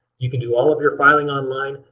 you can do all of your filing online.